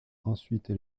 ensuite